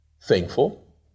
thankful